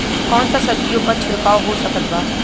कौन सा सब्जियों पर छिड़काव हो सकत बा?